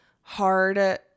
hard